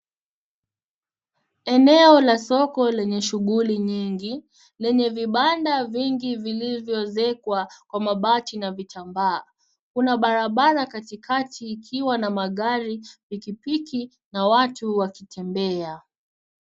Eneo la soko lenye shughuli nyingi lenye vibanda vingi vilivyoezekwa kwa mabati na vitambaa. Kuna barabara katikati ikiwa na magari , pikipiki na watu wakitembea.